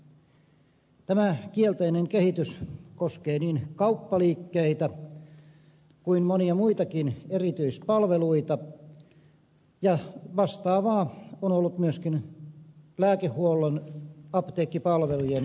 tämä kielteinen kehitys koskee niin kauppaliikkeitä kuin monia muitakin erityispalveluita ja vastaavaa on ollut myöskin lääkehuollon apteekkipalvelujen sektorilla